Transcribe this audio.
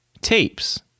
tapes